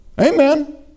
Amen